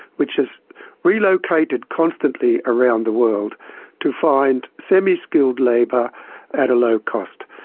which has relocated constantly around the world to find semi-skilled labour at a low cost.